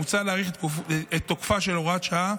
מוצע להאריך את תוקפה של הוראת השעה,